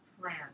plan